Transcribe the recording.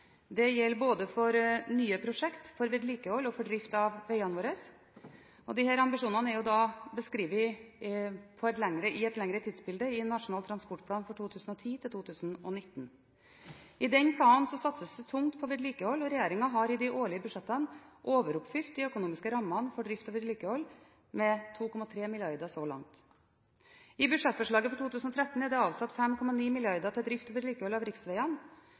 Det gjelder både for nye prosjekt, vedlikehold og drift av veiene våre. Disse ambisjonene er beskrevet i et lengre tidsbilde i Nasjonal transportplan 2010–2019. I den planen satses det tungt på vedlikehold, og regjeringen har i de årlige budsjettene overoppfylt de økonomiske rammene for drift og vedlikehold med 2,3 mrd. kr så langt. I budsjettforslaget for 2013 er det avsatt 5,9 mrd. kr til drift og vedlikehold av